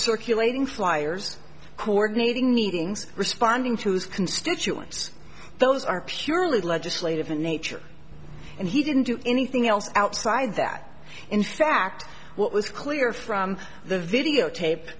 circulating flyers coordinating meetings responding to his constituents those are purely legislative in nature and he didn't do anything else outside that in fact what was clear from the videotape